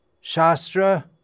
Shastra